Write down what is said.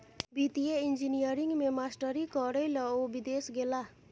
वित्तीय इंजीनियरिंग मे मास्टरी करय लए ओ विदेश गेलाह